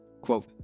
Quote